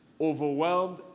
overwhelmed